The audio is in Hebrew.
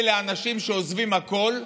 אלה אנשים שעוזבים הכול.